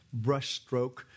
brushstroke